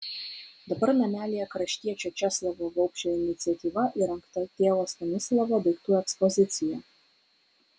dabar namelyje kraštiečio česlovo vaupšo iniciatyva įrengta tėvo stanislovo daiktų ekspozicija